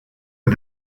but